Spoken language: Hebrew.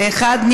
זהבה גלאון,